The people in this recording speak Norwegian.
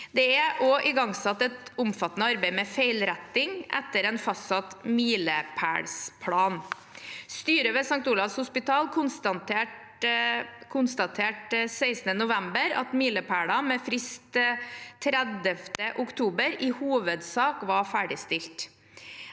Det er også igangsatt et omfattende arbeid med feilretting etter en fastsatt milepælsplan. Styret ved St. Olavs hospital konstaterte 16. november at milepæler med frist 30. oktober i hovedsak var ferdigstilt.